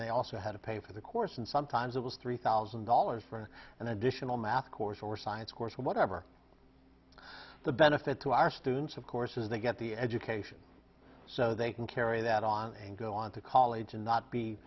they also had to pay for the course and sometimes it was three thousand dollars for an additional math course or science course whatever the benefit to our students of course is they get the education so they can carry that on and go on to college and not be